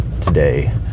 today